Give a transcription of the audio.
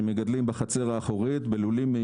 שמגדלים בחצר האחורית בלולים.